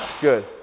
Good